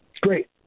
Great